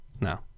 No